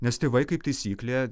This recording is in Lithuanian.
nes tėvai kaip taisyklė